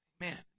Man